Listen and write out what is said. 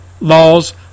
laws